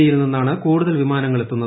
ഇയിൽ നിന്നാണ് കൂടുതൽപ്പിമാനങ്ങൾ എത്തുന്നത്